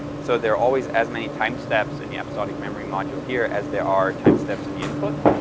so there are always as many time steps in the episodic memory module here as there are time steps in the input.